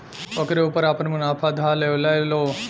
ओकरे ऊपर आपन मुनाफा ध लेवेला लो